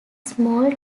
small